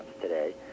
today